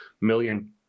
million